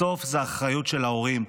בסוף זה אחריות של ההורים.